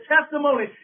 testimony